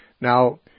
Now